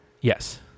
Yes